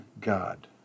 God